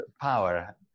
power